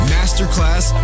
Masterclass